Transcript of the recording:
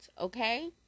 okay